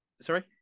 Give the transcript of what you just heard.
sorry